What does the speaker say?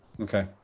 okay